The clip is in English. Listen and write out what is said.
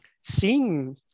seeing